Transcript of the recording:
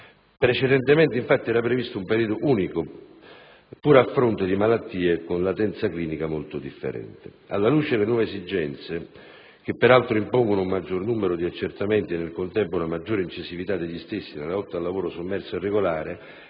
Precedentemente, infatti, era previsto un periodo unico, pur a fronte di malattie con latenza clinica molto differente. Alla luce delle nuove esigenze, che peraltro impongono un maggior numero di accertamenti e, nel contempo, una maggior incisività degli stessi nella lotta al lavoro sommerso e irregolare,